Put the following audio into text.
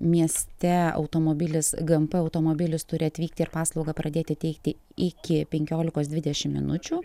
mieste automobilis gmp automobilis turi atvykti ir paslaugą pradėti teikti iki penkiolikos dvidešim minučių